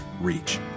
reach